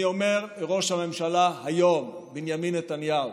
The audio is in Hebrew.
אני אומר לראש הממשלה היום בנימין נתניהו: